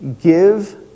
give